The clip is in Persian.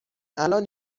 الان